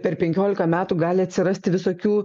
per penkiolika metų gali atsirasti visokių